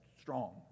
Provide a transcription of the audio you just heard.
strong